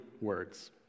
words